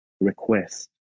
request